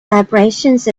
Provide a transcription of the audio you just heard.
vibrations